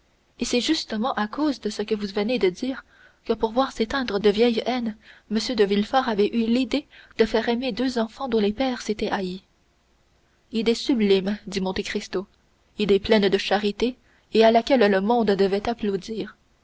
et c'est justement à cause de ce que vous venez de dire que pour voir s'éteindre de vieilles haines m de villefort avait eu l'idée de faire aimer deux enfants dont les pères s'étaient haïs idée sublime dit monte cristo idée pleine de charité et à laquelle le monde devait applaudir